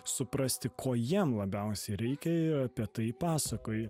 suprasti ko jiem labiausiai reikia ir apie tai pasakoji